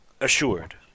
assured